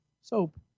soap